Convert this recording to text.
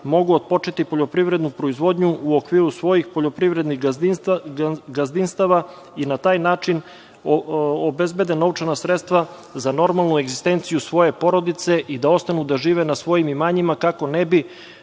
mogu otpočeti poljoprivrednu proizvodnju u okviru svojih poljoprivrednih gazdinstava i na taj način obezbede novčana sredstva za normalnu egzistenciju svoje porodice i da ostanu da žive na svojim imanjima kako ne bi